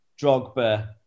Drogba